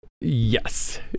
Yes